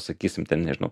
sakysim ten nežinau